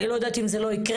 אני לא יודעת אם זה לא יקרה.